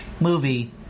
Movie